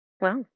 Wow